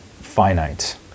finite